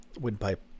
windpipe